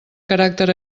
caràcter